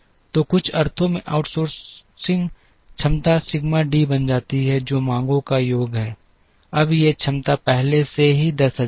तो कुछ अर्थों में आउटसोर्सिंग क्षमता सिग्मा डी बन जाती है जो मांगों का योग है अब ये क्षमता पहले से ही 10000 हैं